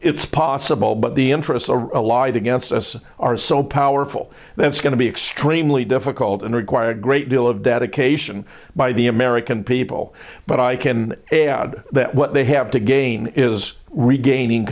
it's possible but the interests of allied against us are so powerful that's going to be extremely difficult and requires a great deal of dedication by the american people but i can add that what they have to gain is regaining